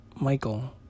Michael